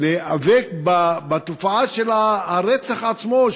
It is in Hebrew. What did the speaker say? להיאבק בתופעה של הרצח עצמו,